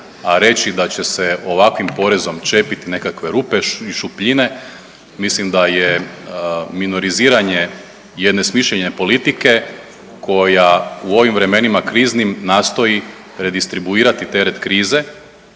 a reći da će se ovakvim porezom čepit nekakve rupe i šupljine mislim da je minoriziranje jedne smišljene politike koja u ovim vremenima kriznim nastoji redistribuirati teret krize